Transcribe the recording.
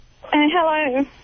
Hello